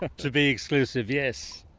to be exclusive, yes.